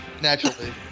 Naturally